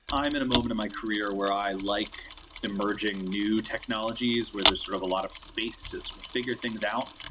i'm in a moment in my career where i like emerging new technologies where there's sort of a lot of space to sort of figure things out,